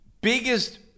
biggest